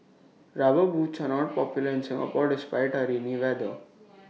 rubber boots are not popular in Singapore despite weather